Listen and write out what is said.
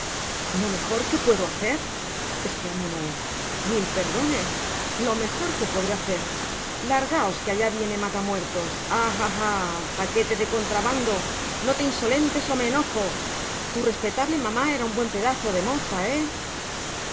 lo mejor que puedo hacer esclamó noé mil perdones lo mejor que podré hacer largaos que allá viene mata muertos ah ah ah paquete de contrabando no te insolentes ó me enojo t ú respetable mamá era un buen pedazo de moza he